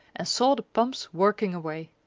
and saw the pumps working away.